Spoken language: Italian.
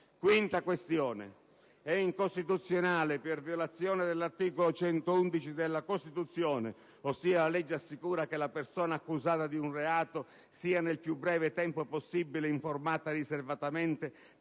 Quinta questione: è incostituzionale, per violazione dell'articolo 111 della Costituzione («la legge assicura che la persona accusata di un reato sia, nel più breve tempo possibile, informata riservatamente della natura